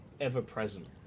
ever-present